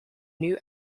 new